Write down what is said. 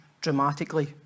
dramatically